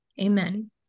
Amen